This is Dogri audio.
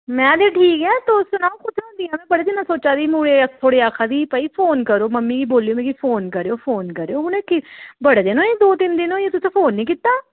में ते ठीक आं तुस सनाओ कुत्थै होंदियां में बड़े दिने दा सोच्चै दी ही मुड़े थुआढ़े ई आक्खै दी ही भई फोन करो मम्मी गी बोल्लेओ मिकी फोन करेओ फोन करेओ उ'नें कि बड़े दिन होए दो तिन्न दिन होई गे तुसें फोन निं कीता